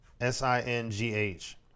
S-I-N-G-H